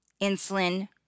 insulin